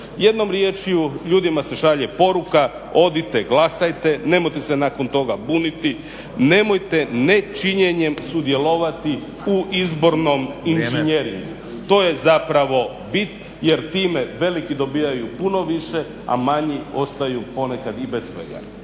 Jednom riječju ljudima se šalje poruka, odite glasajte, nemojte se nakon toga buniti, nemojte ne činjenjem sudjelovati u izbornom inženjeringu. To je zapravo bit jer time veliki dobivaju puno više a manji ostaju ponekad i bez svega.